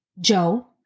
Joe